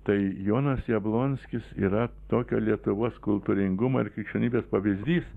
tai jonas jablonskis yra tokio lietuvos kultūringumo ir krikščionybės pavyzdys